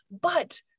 but-